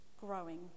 growing